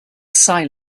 silent